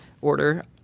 order